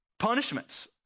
punishments